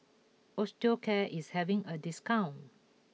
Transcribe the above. Osteocare is having a discount